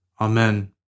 Amen